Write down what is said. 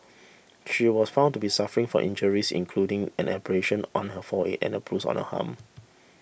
she was found to be suffering from injuries including an abrasion on her forehead and a bruise on her arm